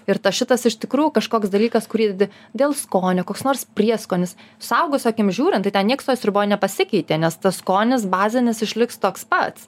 ir šitas iš tikrųjų kažkoks dalykas kur įdedi dėl skonio koks nors prieskonis suaugusio akim žiūrint tai ten nieks toj sriuboj nepasikeitė nes tas skonis bazinis išliks toks pat